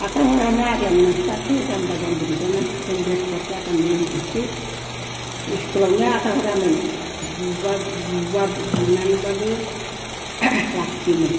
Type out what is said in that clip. आग्लानि मानसिफोराथ' जाम्बा जाम्बिगोजाना जों बेकवार्ड जागानि मानसि स्कुलावनो आगारहरामोन बुबा बुबा बुनानैब्लाबो लाखियोमोन